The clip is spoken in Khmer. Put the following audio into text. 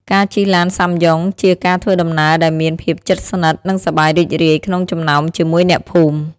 ការជិះឡានសាំយ៉ុងជាការធ្វើដំណើរដែលមានភាពជិតស្និទ្ធ និងសប្បាយរីករាយក្នុងចំណោមជាមួយអ្នកភូមិ។